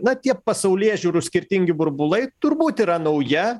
na tie pasaulėžiūrų skirtingi burbulai turbūt yra nauja